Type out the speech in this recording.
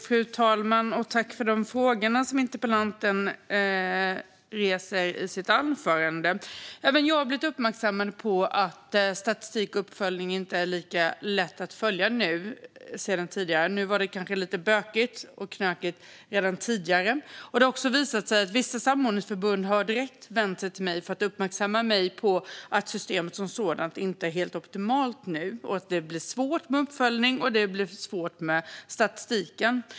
Fru talman! Jag tackar för frågorna från interpellanten. Även jag har blivit uppmärksammad på att statistiken inte är lika lätt att följa upp nu som tidigare. Det var kanske lite bökigt och knökigt redan tidigare. Det har också visat sig att vissa samordningsförbund har vänt sig direkt till mig för att uppmärksamma mig på att systemet som sådant inte är helt optimalt nu och att det blir svårt med uppföljning och med statistiken.